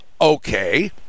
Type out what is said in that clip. okay